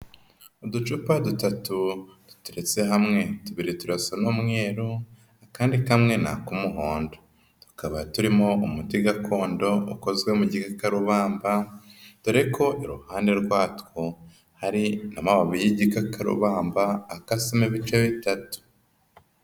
Uducupa dutatu duteretse hamwe, tubiri turasa n'umweru akandi kamwe ni ak'umuhondo tukaba turimo umuti gakondo ukozwe mu gikakarubamba dore ko iruhande rwatwo hari amababi y'igikakarubamba akasemo ibice bitatu.